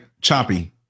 choppy